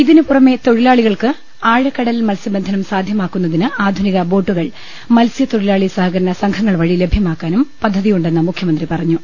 ഇതിന് പുറമെ തൊഴിലാളികൾക്ക് ആഴക്ക ടൽ മത്സ്യബന്ധനം സാധ്യമാക്കുന്നതിന് ആധുനികബോട്ടുകൾ മത്സ്യ തൊഴിലാളി സഹകരണ സംഘങ്ങൾവഴി ലഭ്യമാക്കാനും പദ്ധതിയുണ്ടെന്ന് മുഖ്യമന്ത്രി പറഞ്ഞു